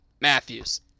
Matthews